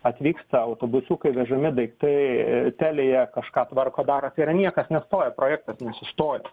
atvyksta autobusiukai vežami daiktai telia kažką tvarko daro tai yra niekas nestoja projektas nesustojo